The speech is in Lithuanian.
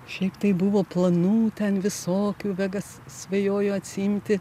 šiaip tai buvo planų ten visokių vega svajojo atsiimti